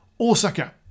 Osaka